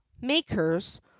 makers